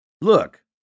Look